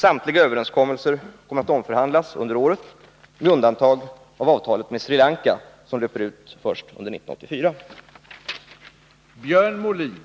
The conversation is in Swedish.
Samtliga överenskommelser kommer att omförhandlas under året, med undantag av avtalet med Sri Lanka, som löper ut först under 1984.